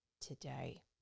Today